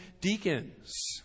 deacons